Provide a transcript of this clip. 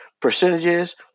percentages